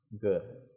good